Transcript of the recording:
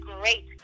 great